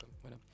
voilà